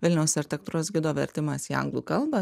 vilniaus architektūros gido vertimas į anglų kalbą